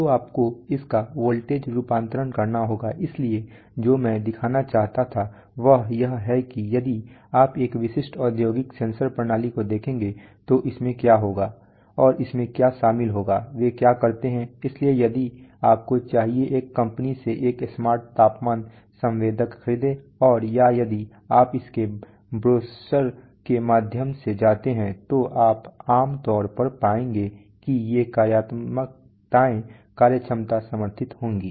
तो आपको उसका वोल्टेज रूपांतरण करना होगा इसलिए जो मैं दिखाना चाहता था वह यह है कि यदि आप एक विशिष्ट औद्योगिक सेंसर प्रणाली को देखेंगे तो इसमें क्या होगा और इसमें क्या शामिल होगा वे क्या करते हैं इसलिए यदि आपको चाहिए एक कंपनी से एक स्मार्ट तापमान संवेदक खरीदें और या यदि आप इसके ब्रोशर के माध्यम से जाते हैं तो आप आमतौर पर पाएंगे कि ये कार्यात्मकताएं कार्यक्षमता समर्थित होंगी